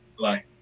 Bye